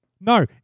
No